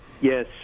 Yes